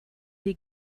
die